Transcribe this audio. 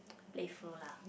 playful lah